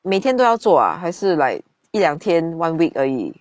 每天都要做 ah 还是 like 一两天 one week 而已